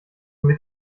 mit